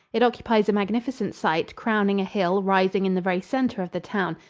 it occupies a magnificent site, crowning a hill rising in the very center of the town,